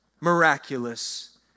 miraculous